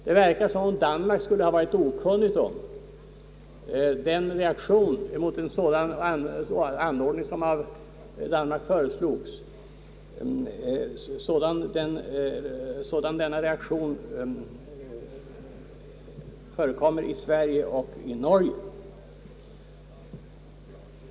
Det verkar som om Danmark vid det tillfället var okunnigt om den spontana reaktion mot förslaget som både den svenska och den norska regeringen senare givit uttryck för.